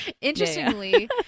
interestingly